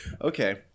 Okay